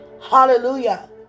Hallelujah